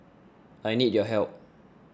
I need your help